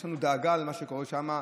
יש לנו דאגה למה שקורה שם,